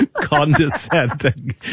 Condescending